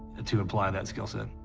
to apply that skill set.